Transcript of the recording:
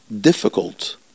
difficult